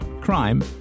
crime